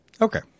Okay